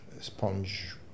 sponge